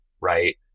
right